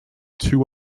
too